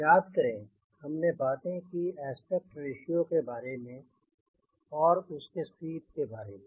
याद करें हमने बातें की और आस्पेक्ट रेश्यो के बारे में उसके स्वीप के बारे में